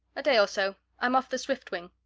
a day or so. i'm off the swiftwing.